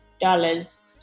dollars